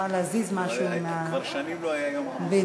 תועבר לדיון בהצעת החוק ------- בוועדת העבודה,